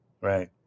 right